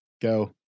go